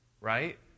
right